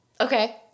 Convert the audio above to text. Okay